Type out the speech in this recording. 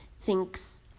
thinks